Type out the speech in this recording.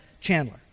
Chandler